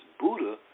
Buddha